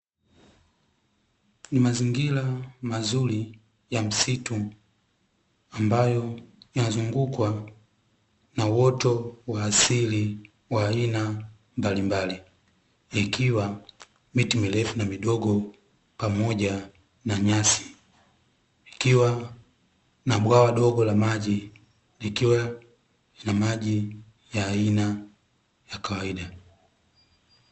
Ni mazingira mazuri ya msitu ambayo imezungukwa na uoto wa asili wa aina mbalimbali, ikiwa miti mirefu na midogo pamoja na nyasi kukiwa na bwawa dogo la maji likiwa na maji ya aina ya kawaida.